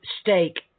steak